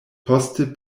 poste